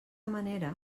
manera